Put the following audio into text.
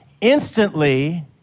instantly